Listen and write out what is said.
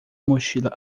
mochila